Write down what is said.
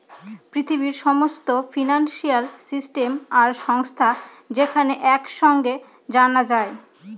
পৃথিবীর সমস্ত financial system আর সংস্থা যেখানে এক সাঙে জানা যায়